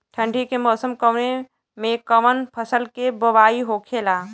ठंडी के मौसम कवने मेंकवन फसल के बोवाई होखेला?